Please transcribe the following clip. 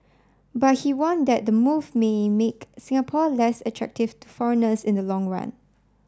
but he warned that the move may make Singapore less attractive to foreigners in the long run